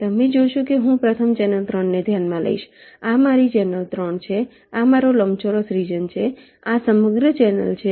તમે જોશો કે હું પ્રથમ ચેનલ 3 ને ધ્યાનમાં લઈશ આ મારી ચેનલ 3 છે આ મારો લંબચોરસ રિજન છે આ સમગ્ર ચેનલ 3 છે